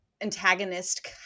antagonist